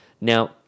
Now